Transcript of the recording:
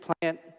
plant